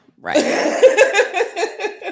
right